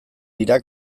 dira